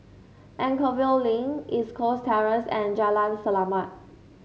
Anchorvale Link East Coast Terrace and Jalan Selamat